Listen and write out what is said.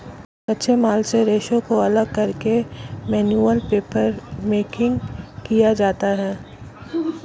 कच्चे माल से रेशों को अलग करके मैनुअल पेपरमेकिंग किया जाता है